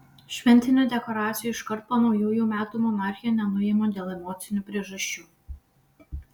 šventinių dekoracijų iškart po naujųjų metų monarchė nenuima dėl emocinių priežasčių